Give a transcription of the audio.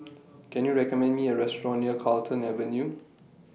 Can YOU recommend Me A Restaurant near Carlton Avenue